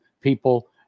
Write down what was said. people